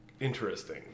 interesting